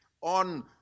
on